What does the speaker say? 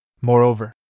Moreover